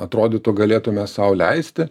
atrodytų galėtume sau leisti